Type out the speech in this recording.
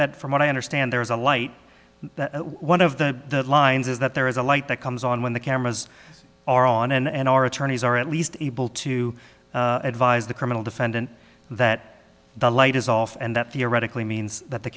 that from what i understand there is a light that one of the lines is that there is a light that comes on when the cameras are on and our attorneys are at least able to advise the criminal defendant that the light is off and that theoretically means that the